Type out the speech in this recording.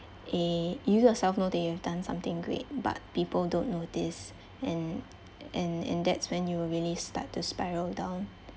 eh you yourself know that you have done something great but people don't notice and and and that's when you really start to spiral down